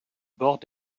bords